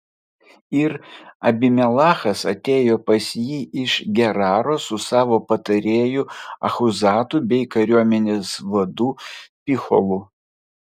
ir abimelechas atėjo pas jį iš geraro su savo patarėju achuzatu bei kariuomenės vadu picholu